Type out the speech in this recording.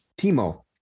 Timo